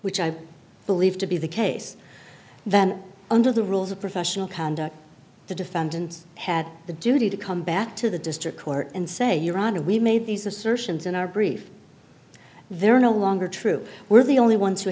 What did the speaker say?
which i believe to be the case that under the rules of professional conduct the defendant had the duty to come back to the district court and say your honor we made these assertions in our brief they're no longer true we're the only ones who